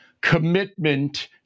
commitment